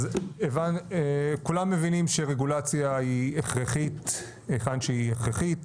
אז כולם מבינים שרגולציה היא הכרחית היכן שהיא הכרחית.